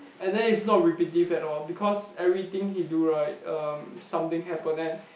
and then is not repetitive at all because everything he do right um something happen and